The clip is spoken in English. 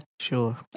Sure